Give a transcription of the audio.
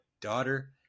daughter